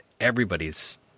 everybody's